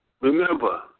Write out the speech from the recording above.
remember